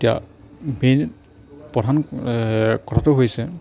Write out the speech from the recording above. এতিয়া মেইন প্ৰধান কথাটো হৈছে